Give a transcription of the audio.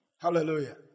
Hallelujah